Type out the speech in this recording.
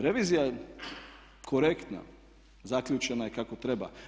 Revizija je korektna, zaključena je kako treba.